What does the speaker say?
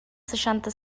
seixanta